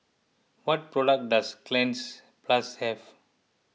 what products does Cleanz Plus have